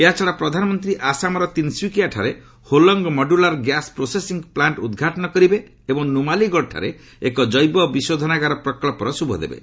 ଏହାଛଡ଼ା ପ୍ରଧାନମନ୍ତ୍ରୀ ଆସାମର ତିନିସ୍କିଆଠାରେ Hollong modular gas processing plant ଉଦ୍ଘାଟନ କରିବେ ଏବଂ ନୁମାଲିଗଡ଼ଠାରେ ଏକ ଜୈବ ବିଶୋଧନାଗାର ପ୍ରକ୍ସର ଶୁଭ ଦେବେ